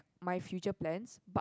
my future plans but